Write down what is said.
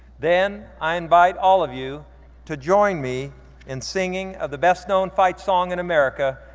then, i invite all of you to join me in singing of the best-known fight song in america,